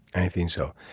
i think so.